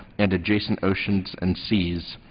and adjacent oceans and seas.